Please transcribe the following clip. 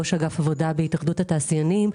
ראש אגף עבודה בהתאחדות התעשיינים.